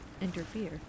interfere